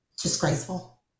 disgraceful